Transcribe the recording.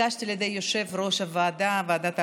התבקשתי על ידי יושב-ראש ועדת העבודה,